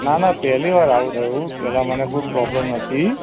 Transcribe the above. ના ના પહેલી વાર આવું થયું પહેલાં મને કોઈ પ્રોબ્લેમ નથી